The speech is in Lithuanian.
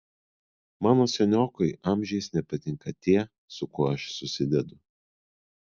mano seniokui amžiais nepatinka tie su kuo aš susidedu